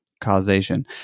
causation